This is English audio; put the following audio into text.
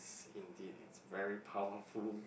indeed it's very powerful